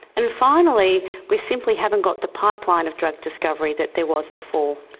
and finally, we simply haven't got the pipeline of drug discovery that there was before.